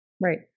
right